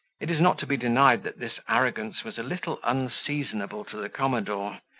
it is not to be denied that this arrogance was a little unseasonable to the commodore,